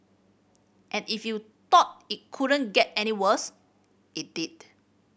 and if you thought it couldn't get any worse it did